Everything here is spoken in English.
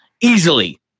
easily